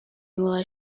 nueva